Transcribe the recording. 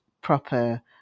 proper